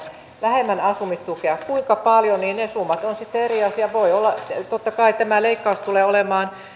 vähemmän asumistukea kuinka paljon ne summat ovat sitten eri asia voi olla totta kai että tämä leikkaus tulee olemaan